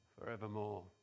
forevermore